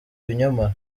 ibinyomoro